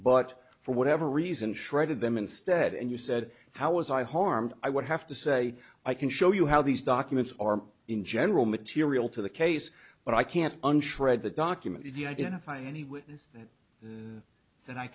but for whatever reason shredded them instead and you said how was i harmed i would have to say i can show you how these documents are in general material to the case but i can't unshredded the documents the identifying any witness that the